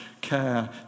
care